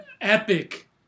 epic